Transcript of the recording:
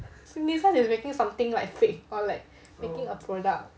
synthesise is making something like fixed or like making a product